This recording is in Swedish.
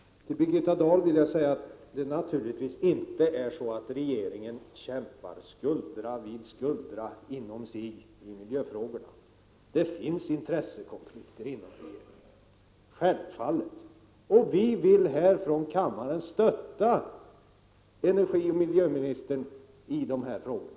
Till Birgitta Dahl vill jag säga att det naturligtvis inte är så att man inom regeringen kämpar skuldra vid skuldra när det gäller miljöfrågorna. Det finns intressekonflikter inom regeringen — självfallet. Och vi vill här från kammaren stötta energioch miljöministern i de här frågorna.